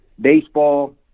baseball